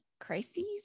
crises